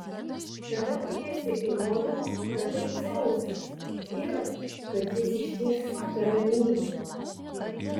tada turėsi įrodymų kad tai dzeusas ir kad jis iš tiesų tave myli